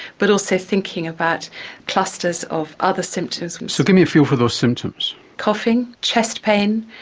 but also thinking about clusters of other symptoms. so give me a feel for those symptoms. coughing, chest pain,